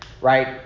right